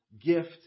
gift